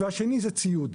והשני זה ציוד.